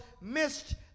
missed